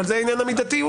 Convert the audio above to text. אבל זה עניין המידתיות.